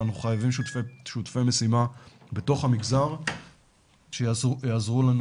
אבל אנחנו חייבים שותפי משימה בתוך המגזר שיעזרו לנו